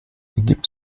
gibt